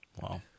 Wow